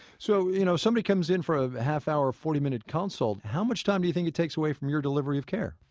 so you know somebody comes in for a half hour, forty minute consult, how much time do you think it takes away from your delivery of care?